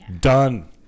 done